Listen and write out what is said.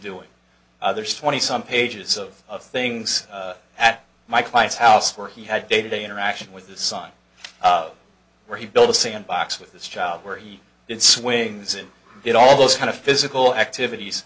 doing others twenty some pages of things at my client's house where he had day to day interaction with his son where he built a sandbox with this child where he did swings and did all those kind of physical activities